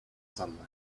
sunlight